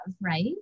right